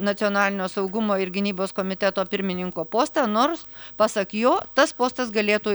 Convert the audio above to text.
nacionalinio saugumo ir gynybos komiteto pirmininko postą nors pasak jo tas postas galėtų